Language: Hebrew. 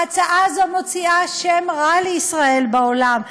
ההצעה הזאת מוציאה שם רע לישראל בעולם.